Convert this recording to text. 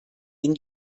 ihn